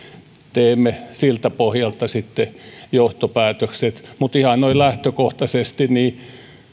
teemme siltä pohjalta sitten johtopäätökset mutta ihan noin lähtökohtaisesti